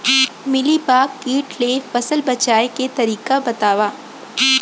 Mealybug किट ले फसल बचाए के तरीका बतावव?